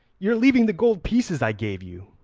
you are leaving the gold pieces i gave you.